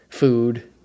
Food